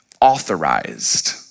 authorized